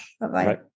Bye-bye